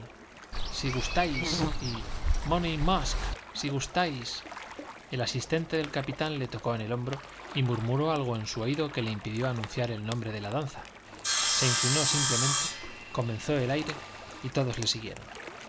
si gustáis y money musk si gustáis el asistente del capitán le tocó en el hombro y murmuró algo en su oído que le impidió anunciar el nombre de la danza se inclinó simplemente comenzó el aire y todos le siguieron